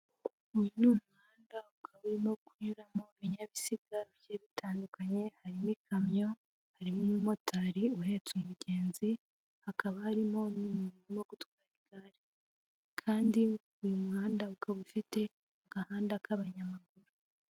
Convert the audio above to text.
Uyu ni umuhanda ukaba urimo kunyuramo ibininyabiziga bigiye bitandukanye harimo ikamyo, harimo umumotari uhetse umugenzi, hakaba harimo n'umuntu urimo gutwara igare kandi uyu muhanda ukaba ufite agahanda k'abanyamaguru.